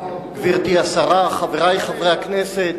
תודה, גברתי השרה, חברי חברי הכנסת,